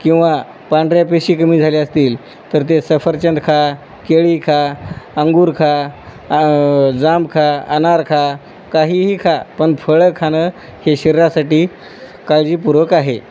किंवा पांढऱ्या पेशी कमी झाल्या असतील तर ते सफरचंद खा केळी खा अंगूर खा जांब खा अनार खा काहीही खा पण फळं खाणं हे शरीरासाठी काळजीपूर्वक आहे